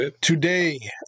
Today